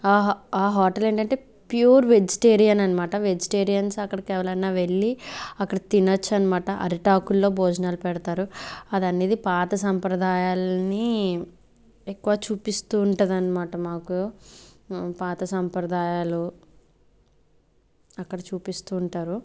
ఆ హోటల్ ఏంటి అంటే ప్యూర్ వెజిటేరియన్ అనమాట వెజిటేరియన్స్ అక్కడికి ఎవరైనా వెళ్ళి అక్కడ తినొచ్చన్నమాట అరిటాకుల్లో భోజనాలు పెడతారు అది అనేది పాత సంప్రదాయాల్ని ఎక్కువ చూపిస్తూ ఉంటదనమాట మాకు పాత సంప్రదాయాలు అక్కడ చూపిస్తుంటారు